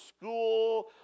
school